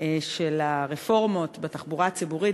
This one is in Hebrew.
של הרפורמות בתחבורה הציבורית,